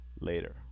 later